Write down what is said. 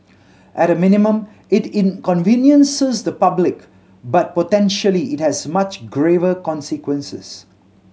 at a minimum it inconveniences the public but potentially it has much graver consequences